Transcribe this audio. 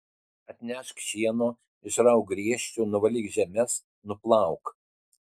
atnešk šieno išrauk griežčių nuvalyk žemes nuplauk